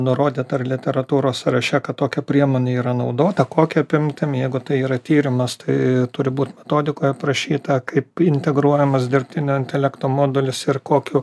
nurodyta ar literatūros sąraše kad tokia priemonė yra naudota kokia apimtim jeigu tai yra tyrimas tai turi būt metodikoj aprašyta kaip integruojamas dirbtinio intelekto modulis ir kokiu